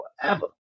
forever